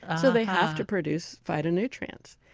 so they have to produce phytonutrients.